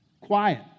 Quiet